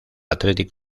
athletic